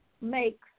makes